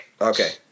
Okay